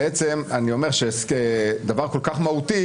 בעצם אני אומר שדבר כל כך מהותי,